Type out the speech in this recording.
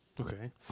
Okay